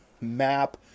map